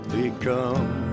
become